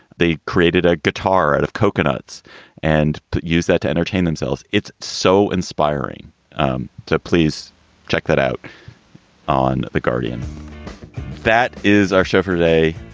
they created a guitar out of coconuts and used that to entertain themselves. it's so inspiring um to please check that out on the guardian that is our show for today.